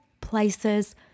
places